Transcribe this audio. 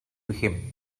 him